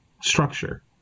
structure